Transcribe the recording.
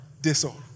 disorder